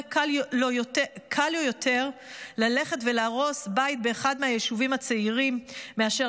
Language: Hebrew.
קל לו יותר ללכת ולהרוס בית באחד מהיישובים הצעירים מאשר